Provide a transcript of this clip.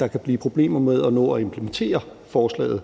Der kan blive problemer med at nå at implementere forslaget